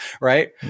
right